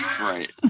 right